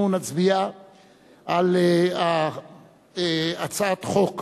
אנחנו נצביע על הצעת חוק